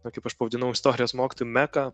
na kaip aš pavadinau istorijos mokytų meką